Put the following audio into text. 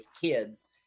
kids